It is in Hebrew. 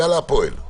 יאללה, הפועל.